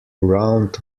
round